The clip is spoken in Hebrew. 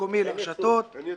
אין ייצוא.